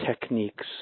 techniques